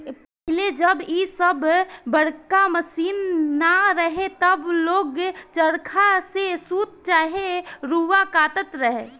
पहिले जब इ सब बड़का मशीन ना रहे तब लोग चरखा से सूत चाहे रुआ काटत रहे